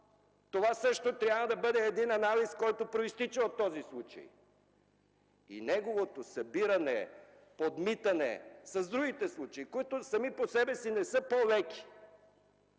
Това също трябва да бъде анализ, който произтича от този случай. И неговото събиране, подмитане с другите случаи, които сами по себе си не са по-леки,